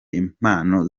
impano